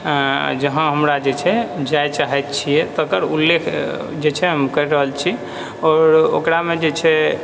आओर जहाँ हमरा जे छै जाय चाहे छियै तकर उल्लेख जे छै हम करि रहल छी आओर ओकरामे जे छै